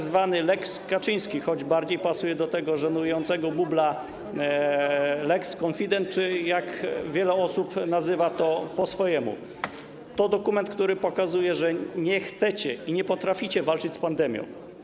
Tzw. lex Kaczyński - choć bardziej pasuje do tego żenującego bubla nazwa ˝lex konfident˝, wiele osób nazywa to po swojemu - to dokument, który pokazuje, że nie chcecie i nie potraficie walczyć z pandemią.